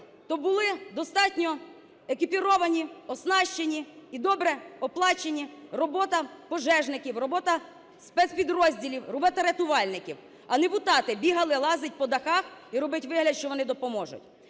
то були достатньо екіпіровані, оснащені і добре оплачені робота пожежників, робота спецпідрозділів, робота рятувальників. А не депутати - бігали, лазити по дахах і робити вигляд, що вони допоможуть.